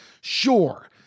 sure